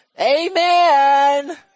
Amen